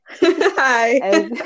Hi